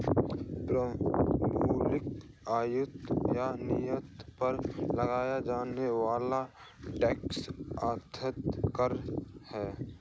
प्रशुल्क, आयात या निर्यात पर लगाया जाने वाला टैक्स अर्थात कर है